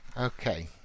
okay